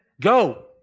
Go